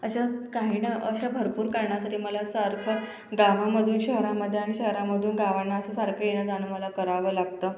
अशा काहीना अशा भरपूर कारणासाठी मला सारखं गावामधून शहरामधनं आणि शहारामधून गावांना असं सारखं येणं जाणं मला करावं लागतं